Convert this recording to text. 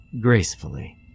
gracefully